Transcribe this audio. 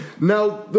Now